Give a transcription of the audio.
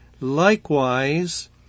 Likewise